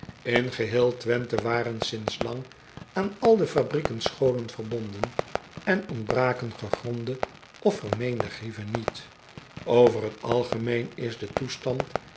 n geheel wenthe waren sints lang aan al de fabrieken scholen verbonden en ontbraken gegronde of vermeende grieven niet over t algemeen is de toestand